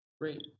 Great